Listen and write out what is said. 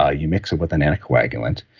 ah you mix it with an anticoagulant,